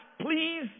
please